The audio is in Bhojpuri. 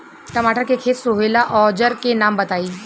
टमाटर के खेत सोहेला औजर के नाम बताई?